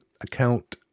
account